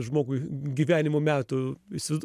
žmogui gyvenimo metų visi